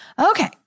Okay